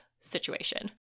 situation